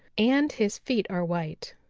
and his feet are white.